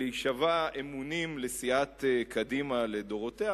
לסיעת קדימה לדורותיה.